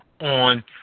on